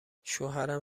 شوهرم